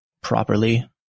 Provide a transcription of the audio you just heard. properly